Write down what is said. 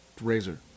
razor